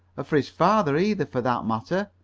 for his father, either, for that matter.